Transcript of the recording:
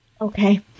Okay